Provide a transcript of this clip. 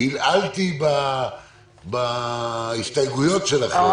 עלעלתי בהסתייגויות שלכם,